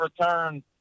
return